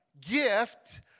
gift